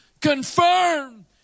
confirm